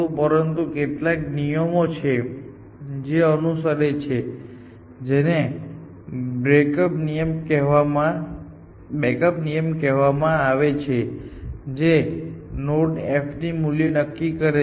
પરંતુ કેટલાક નિયમો છે જે તે અનુસરે છે અને જેને બેકઅપ નિયમ કહેવામાં આવે છે જે નોડની f મૂલ્ય નક્કી કરે છે